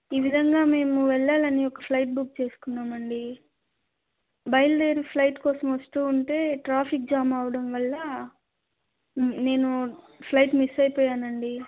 ఈ విధంగా మేము వెళ్ళాలని ఒక ఫ్లయిట్ బుక్ చేసుకున్నామండి బయలుదేరి ఫ్లయిట్ కోసం వస్తూ ఉంటే ట్రాఫిక్ జామ్ అవడం వల్ల నేను ఫ్లయిట్ మిస్ అయిపోయానండి